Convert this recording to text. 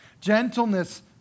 Gentleness